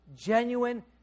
genuine